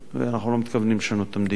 ואנחנו לא מתכוונים לשנות את המדיניות: